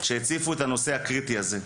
שהציפו את הנושא הקריטי הזה.